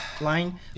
line